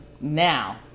Now